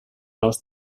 nous